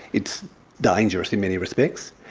it's dangerous in many respects,